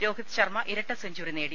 രോഹിത്ത് ശർമ്മ ഇരട്ട സെഞ്ചറി നേടി